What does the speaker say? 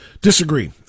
Disagree